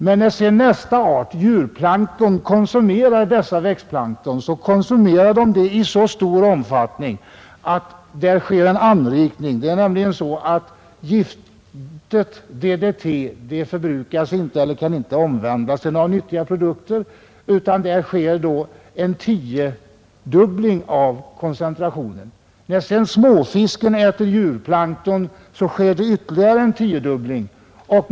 Men nästa art i näringskedjan, djurplankton, konsumerade bl.a. växtplankton i så stor utsträckning att det hos dem skedde en DDT-anrikning. Det är nämligen så att giftet DDT inte förbrukas — det kan inte omvandlas till några nyttiga produkter — utan det blir tiodubbling av koncentrationen. När sedan småfisken äter djurplankton, sker det ytterligare en tiodubbling av DDT-halten.